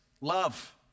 love